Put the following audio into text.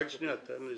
תן לסיים.